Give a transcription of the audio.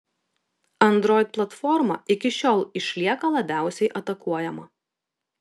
android platforma iki šiol išlieka labiausiai atakuojama